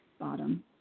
bottom